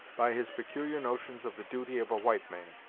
by his peculiar notions of the duty of a white man,